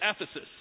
Ephesus